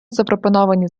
запропоновані